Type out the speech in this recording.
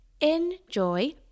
enjoy